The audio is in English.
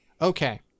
okay